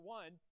one